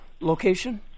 location